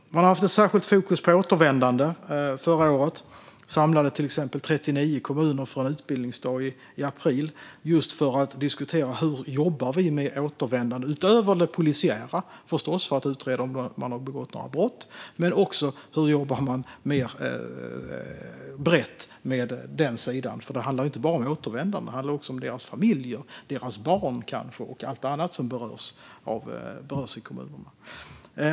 Man hade förra året ett särskilt fokus på återvändande och samlade till exempel 39 kommuner för en utbildningsdag i april just för att diskutera hur vi jobbar med återvändande utöver det polisiära - för att utreda om personen i fråga har begått några brott - och hur vi kan jobba mer brett med den sidan. Det handlar ju inte bara om återvändarna utan också om deras familjer, deras barn och allt annat som berörs i kommunerna.